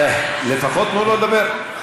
לפחות תנו לו לדבר.